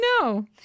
no